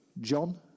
John